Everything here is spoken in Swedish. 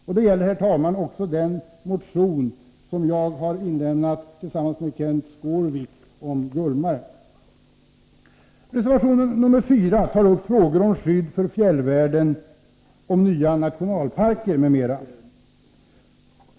Detsamma gäller beträffande den motion om Gullmarn som jag väckt tillsammans med Kenth Skårvik. I reservation 4 behandlas frågor om skydd för fjällvärlden, nya nationalparker m.m.